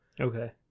Okay